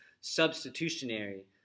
substitutionary